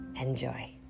enjoy